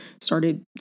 started